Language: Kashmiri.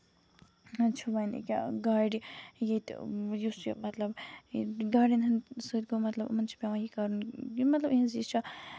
چھُ وۄنۍ ییٚکیاہ گاڑِ ییٚتہِ یُس یہِ مطلب گاڑین ہِندۍ سۭتۍ گوٚو مطلب یِمن چھُ پیوان یہِ کَرُن مطلب یِہنز یہِ چھا